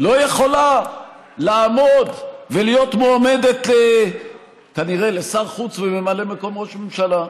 לא יכולה לעמוד ולהיות מועמדת כנראה לשרת חוץ וממלאת מקום ראש ממשלה,